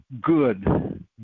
good